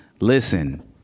Listen